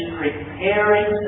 preparing